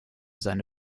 seine